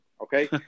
Okay